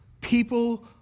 people